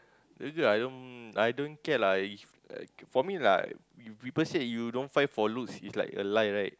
the girl I don't I don't care lah if uh for me lah people say you don't find for looks is like a lie right